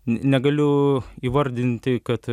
negaliu įvardinti kad